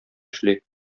эшли